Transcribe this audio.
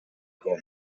again